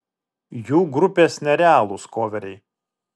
jų grupės nerealūs koveriai